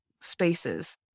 spaces